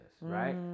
right